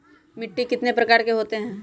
मिट्टी कितने प्रकार के होते हैं?